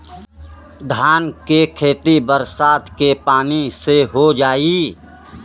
धान के खेती बरसात के पानी से हो जाई?